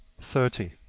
thirty.